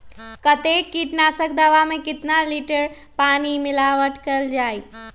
कतेक किटनाशक दवा मे कितनी लिटर पानी मिलावट किअल जाई?